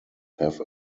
have